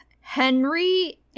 Henry